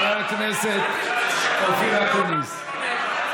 חבר הכנסת אופיר אקוניס.